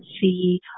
see